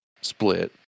split